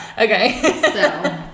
Okay